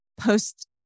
post